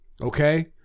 okay